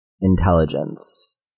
intelligence